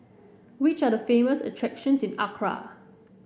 which are the famous attractions in Accra